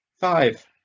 Five